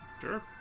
Sure